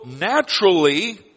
naturally